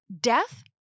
death